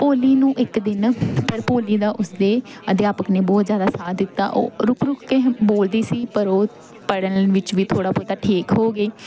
ਭੋਲੀ ਨੂੰ ਇੱਕ ਦਿਨ ਪਰ ਭੋਲੀ ਦਾ ਉਸਦੇ ਅਧਿਆਪਕ ਨੇ ਬਹੁਤ ਜ਼ਿਆਦਾ ਸਾਥ ਦਿੱਤਾ ਉਹ ਰੁਕ ਰੁਕ ਕੇ ਬੋਲਦੀ ਸੀ ਪਰ ਉਹ ਪੜ੍ਹਨ ਵਿੱਚ ਵੀ ਥੋੜ੍ਹਾ ਬਹੁਤਾ ਠੀਕ ਹੋ ਗਈ